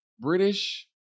british